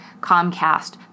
Comcast